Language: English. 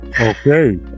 Okay